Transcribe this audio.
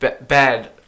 bad